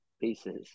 pieces